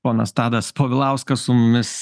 ponas tadas povilauskas su mumis